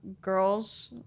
girls